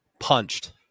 punched